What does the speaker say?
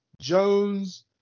Jones